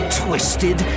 twisted